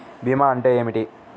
భీమా అంటే ఏమిటి?